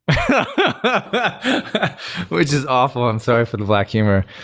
but which is awful. i'm sorry for the black humor.